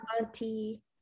auntie